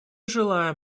желаем